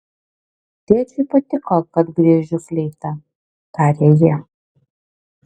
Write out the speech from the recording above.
tėčiui patiko kad griežiu fleita tarė ji